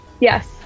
yes